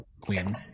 queen